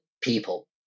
people